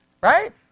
right